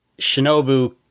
Shinobu